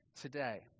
today